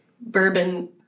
bourbon